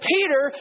Peter